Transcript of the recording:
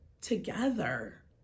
Together